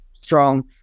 Strong